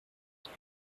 nous